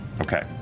Okay